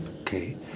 Okay